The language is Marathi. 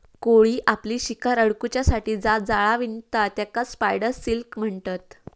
कोळी आपली शिकार अडकुच्यासाठी जा जाळा विणता तेकाच स्पायडर सिल्क म्हणतत